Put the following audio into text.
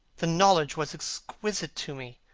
the knowledge was exquisite to me.